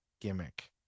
gimmick